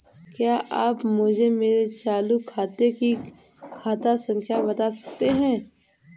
क्या आप मुझे मेरे चालू खाते की खाता संख्या बता सकते हैं?